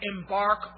embark